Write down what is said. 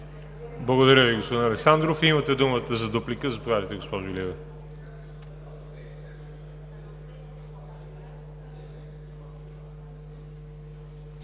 Благодаря Ви, господин Александров. Имате думата за дуплика. Заповядайте, госпожо Илиева.